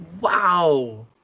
Wow